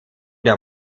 der